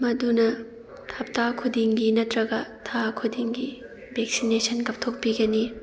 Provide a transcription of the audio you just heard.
ꯃꯗꯨꯅ ꯍꯞꯇꯥ ꯈꯨꯗꯤꯡꯒꯤ ꯅꯠꯇ꯭ꯔꯒ ꯊꯥ ꯈꯨꯗꯤꯡꯒꯤ ꯚꯦꯛꯁꯤꯅꯦꯁꯟ ꯀꯥꯞꯊꯣꯛꯄꯤꯒꯅꯤ